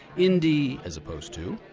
indie as opposed to,